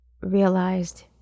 realized